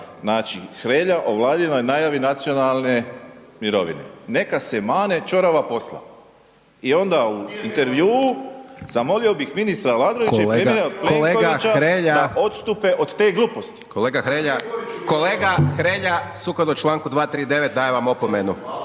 ste, Hrelja o vladinoj najavi nacionalne mirovine, neka se mane ćorava posla, i ona u intervju zamolio bih ministra Aladrovića i premijera Plenkovića da odstupe od te gluposti … **Hajdaš Dončić, Siniša (SDP)** Kolega Hrelja,